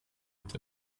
est